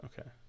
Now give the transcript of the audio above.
Okay